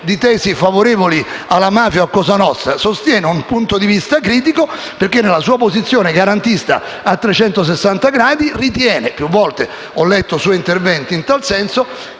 di tesi favorevoli alla mafia o a cosa nostra; egli sostiene un punto di vista critico perché, nella sua posizione garantista a 360 gradi, ritiene - più volte ho letto suoi interventi in tal senso